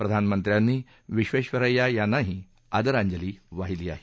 प्रधानमंत्र्यांनी विखेधरय्या यांनाही आदरांजली वाहिली आहे